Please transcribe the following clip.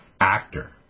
actor